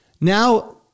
Now